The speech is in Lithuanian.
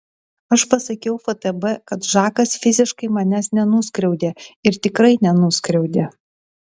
aš pasakiau ftb kad žakas fiziškai manęs nenuskriaudė ir tikrai nenuskriaudė